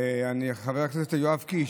חבר הכנסת יואב קיש,